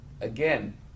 again